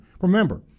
Remember